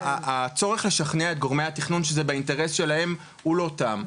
הצורך לשכנע את גורמי התכנון שזה באינטרס שלהם הוא לא תם,